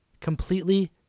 completely